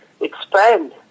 expand